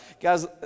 Guys